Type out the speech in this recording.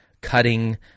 Cutting